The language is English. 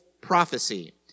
prophecy